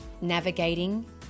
navigating